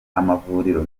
amavuriro